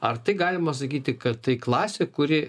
ar tai galima sakyti kad tai klasė kuri